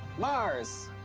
mars!